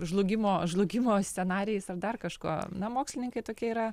žlugimo žlugimo scenarijais ar dar kažko na mokslininkai tokie yra